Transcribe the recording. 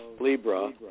Libra